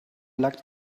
luck